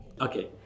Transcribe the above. Okay